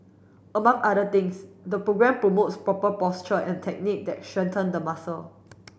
among other things the programme promotes proper posture and technique that strengthen the muscle